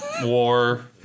war